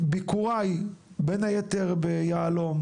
שמביקוריי, בין היתר ביהלום